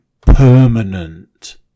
permanent